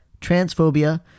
transphobia